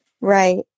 Right